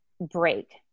break